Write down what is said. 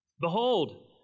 Behold